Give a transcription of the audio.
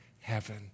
heaven